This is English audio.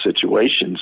situations